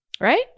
Right